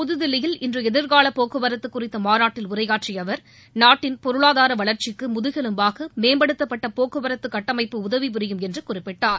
புதுதில்லியில் இன்று எதிர்கால போக்குவரத்து குறித்த மாநாட்டில் உரையாற்றிய அவர் நாட்டின் பொருளாதார வளர்ச்சிக்கு முதுகெலும்பாக மேம்படுத்தப்பட்ட போக்குவரத்து கட்டமைப்பு உதவி புரியும் என்றும் குறிப்பிட்டார்